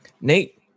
Nate